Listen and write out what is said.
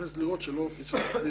אני מחפש לראות שלא פספסתי